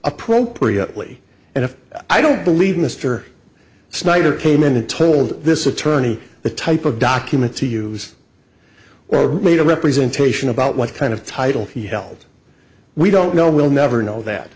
appropriately and if i don't believe mr snyder came in and told this attorney the type of documents he uses or made a representation about what kind of title he held we don't know we'll never know that